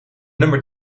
nummer